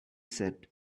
said